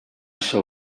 shall